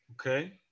Okay